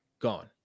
gone